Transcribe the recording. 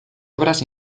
obras